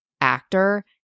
actor